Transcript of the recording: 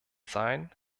sein